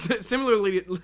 Similarly